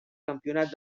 campionat